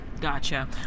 Gotcha